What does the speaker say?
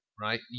right